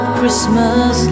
Christmas